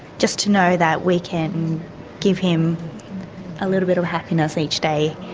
just to know that we can give him a little bit of happiness each day.